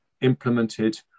implemented